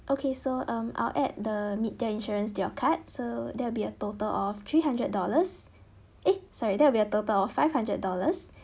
okay so um I'll add the mid tier insurance to your card so that will be a total of three hundred dollars [eh} sorry that will be a total of five hundred dollars